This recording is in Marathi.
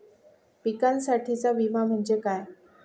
पिकांसाठीचा विमा म्हणजे काय?